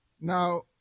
Now